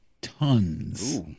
tons